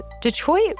Detroit